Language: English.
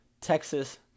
Texas